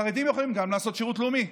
החרדים גם יכולים לעשות שירות לאומי.